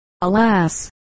alas